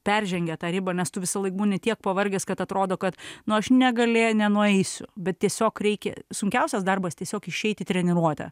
peržengia tą ribą nes tu visąlaik būni tiek pavargęs kad atrodo kad nu aš negalė nenueisiu bet tiesiog reikia sunkiausias darbas tiesiog išeit į treniruotę